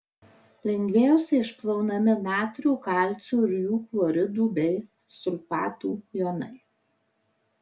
lengviausiai išplaunami natrio kalcio ir jų chloridų bei sulfatų jonai